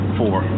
four